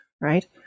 right